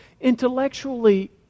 intellectually